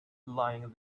lying